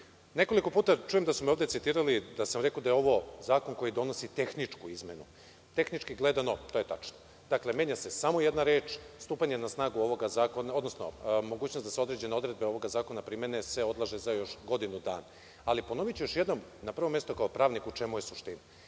glasanje. Nekoliko puta čujem da su me ovde citirali da sam rekao da je ovo zakon koji donosi tehničku izmenu. Tehnički gledano, to je tačno. Dakle, menja se samo jedna reč. Mogućnost da se određene odredbe ovog zakona primene se odlaže za još godinu dana. Ali, ponoviću još jednom, na prvom mestu kao pravnik, u čemu je suština. Dakle,